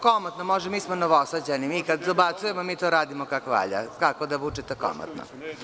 Komotno može, mi smo Novosađani, mi kada dobacujemo, mi to radimo kako valja, tako da Vučeta, komotno.